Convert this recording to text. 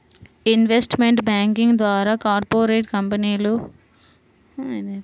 investment banking ద్వారా corporate కంపెనీలు ప్రభుత్వాలకు పెట్టుబడి సమకూరుత్తాయి